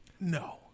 No